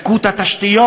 לקות התשתיות.